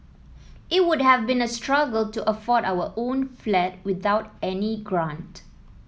it would have been a struggle to afford our own flat without any grant